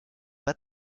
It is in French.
pas